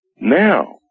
Now